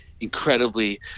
incredibly